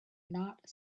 not